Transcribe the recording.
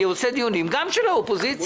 אני עושה דיונים גם של האופוזיציה.